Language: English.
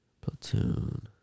platoon